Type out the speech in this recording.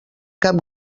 cap